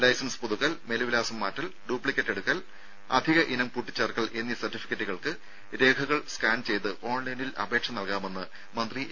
licence പുതുക്കൽ മേൽവിലാസം മാറ്റൽ ഡ്യൂപ്ലിക്കേറ്റെടുക്കൽ അധികഇനം കൂട്ടിച്ചേർക്കൽ എന്നീ സർടിഫിക്കറ്റുകൾക്ക് രേഖകൾ സ്കാൻ ചെയ്ത് ഓൺലൈനിൽ അപേക്ഷ നൽകാമെന്ന് മന്ത്രി എ